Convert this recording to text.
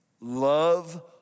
Love